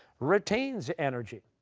retains energy?